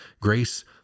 Grace